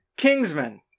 Kingsman